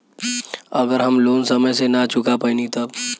अगर हम लोन समय से ना चुका पैनी तब?